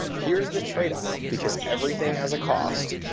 here is the tradeoff, because everything has a cost,